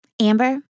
Amber